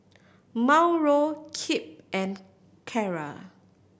Mauro Kipp and Carra